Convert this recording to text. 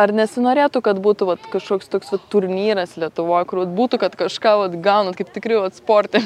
ar nesinorėtų kad būtų vat kažkoks toks vat turnyras lietuvoj kur būtų kad kažką gaunat kaip tikri vat sporte